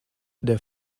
der